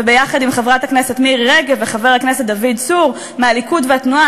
ויחד עם חברת הכנסת מירי רגב וחבר הכנסת דוד צור מהליכוד ומהתנועה,